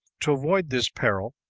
to avoid this peril,